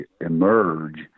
emerge